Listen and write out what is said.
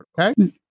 okay